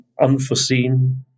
unforeseen